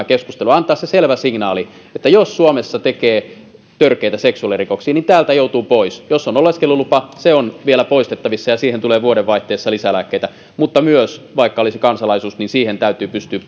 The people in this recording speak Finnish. keskustelu antaa se selvä signaali että jos suomessa tekee törkeitä seksuaalirikoksia niin täältä joutuu pois jos on oleskelulupa se on vielä poistettavissa ja siihen tulee vuodenvaihteessa lisää lääkkeitä mutta myös vaikka olisi kansalaisuus niin siihen täytyy pystyä puuttumaan